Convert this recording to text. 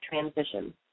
transition